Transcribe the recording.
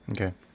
Okay